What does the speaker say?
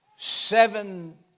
Seven